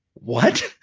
what?